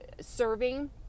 serving